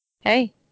Hey